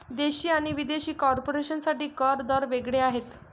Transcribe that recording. देशी आणि विदेशी कॉर्पोरेशन साठी कर दर वेग वेगळे आहेत